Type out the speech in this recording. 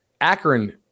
Akron